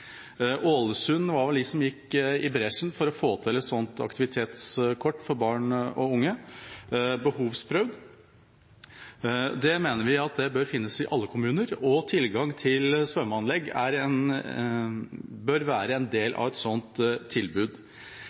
var vel de som gikk i bresjen for å få til et sånt behovsprøvd aktivitetskort for barn og unge. Det mener vi bør finnes i alle kommuner, og tilgang til svømmeanlegg bør være en del av et sånt tilbud.